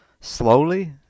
slowly